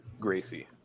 Gracie